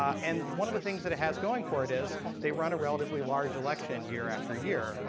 um and one of the things that it has going for it is they run a relatively large election year after year,